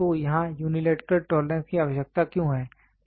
तो यहां unilateral tolerance की आवश्यकता क्यों है